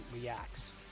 reacts